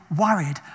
worried